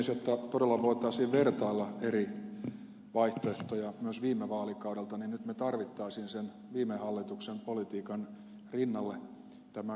jotta todella voitaisiin vertailla eri vaihtoehtoja myös viime vaalikaudelta nyt me tarvitsisimme sen viime hallituksen politiikan rinnalle tämän kokoomuksen vaihtoehtobudjetin